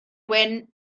wyn